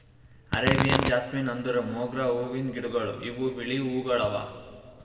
Arabian jasmine ಅಂದುರ್ ಮೊಗ್ರಾ ಹೂವಿಂದ್ ಗಿಡಗೊಳ್ ಇವು ಬಿಳಿ ಹೂವುಗೊಳ್ ಅವಾ